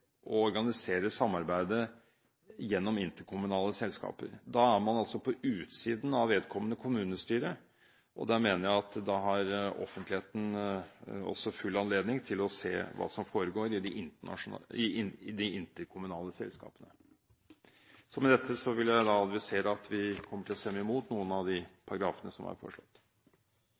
samarbeidet gjennom interkommunale selskaper. Da er man på utsiden av vedkommende kommunestyre, og jeg mener at offentligheten skal ha full anledning til å se hva som foregår i de interkommunale selskapene. Med dette vil jeg advisere at vi kommer til å stemme imot noen av de paragrafene som er foreslått.